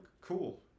cool